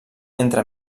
entre